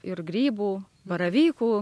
ir grybų baravykų